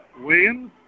Williams